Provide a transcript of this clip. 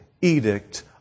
edict